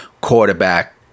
quarterback